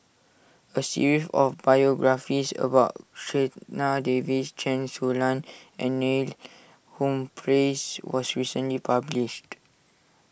a series of biographies about Checha Davies Chen Su Lan and Neil Humphreys was recently published